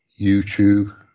YouTube